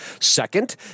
Second